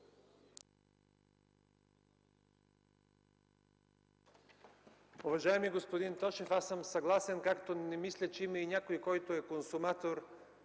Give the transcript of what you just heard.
Уважаеми господин Тошев, аз съм съгласен и не мисля, че има някой, който е консуматор